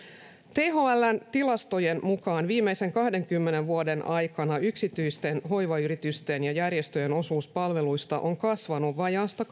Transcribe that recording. thln tilastojen mukaan viimeisen kahdenkymmenen vuoden aikana yksityisten hoivayritysten ja järjestöjen osuus palveluista on kasvanut vajaasta